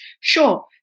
sure